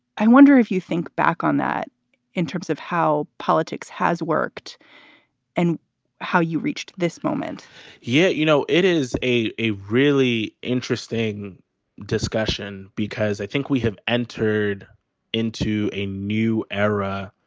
i wonder if you think back on that in terms of how politics has worked and how you reached this moment yeah you know, it is a a really interesting discussion because i think we have entered into a new era,